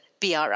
BRI